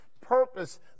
purpose